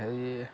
সেই